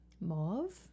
Mauve